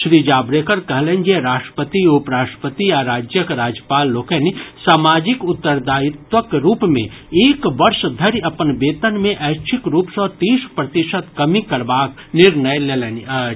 श्री जावड़ेकर कहलनि जे राष्ट्रपति उप राष्ट्रपति आ राज्यक राज्यपाल लोकनि सामाजिक उत्तरदायित्वक रूप मे एक वर्ष धरि अपन वेतन मे ऐच्छिक रूप सँ तीस प्रतिशत कमी करबाक निर्णय लेलनि अछि